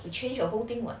you change your whole thing [what]